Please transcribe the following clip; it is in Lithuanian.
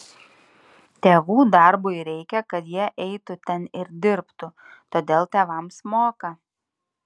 tėvų darbui reikia kad jie eitų ten ir dirbtų todėl tėvams moka